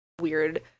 Weird